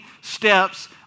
steps